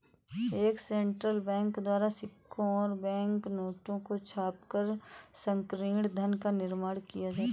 एक central bank द्वारा सिक्कों और बैंक नोटों को छापकर संकीर्ण धन का निर्माण किया जाता है